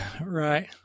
Right